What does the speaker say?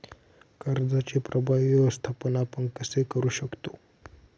कर्जाचे प्रभावी व्यवस्थापन आपण कसे करु शकतो?